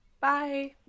Bye